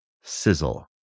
sizzle